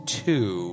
two